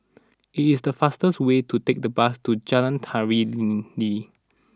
it is fastest way to take the bus to Jalan Tari Lilin